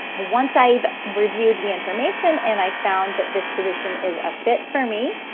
once i've reviewed the information and i've found that this position is a fit for me,